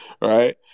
right